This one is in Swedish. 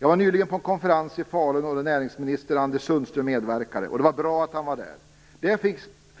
Jag var nyligen på en konferens i Falun där näringsminister Anders Sundström medverkade. Det var bra att han var där.